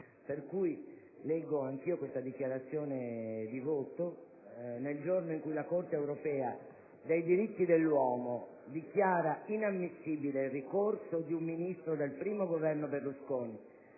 a leggere anch'io la seguente dichiarazione di voto. Nel giorno in cui la Corte europea dei diritti dell'uomo dichiara inammissibile il ricorso di un Ministro del I Governo Berlusconi,